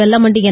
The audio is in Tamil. வெல்லமண்டி என்